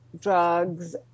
drugs